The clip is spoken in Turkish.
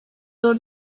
zor